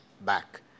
back